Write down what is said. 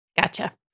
Gotcha